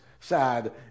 sad